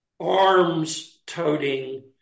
arms-toting